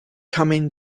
coming